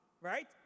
right